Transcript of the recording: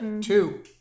two